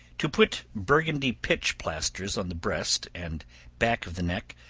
to put burgundy pitch plasters on the breast and back of the neck,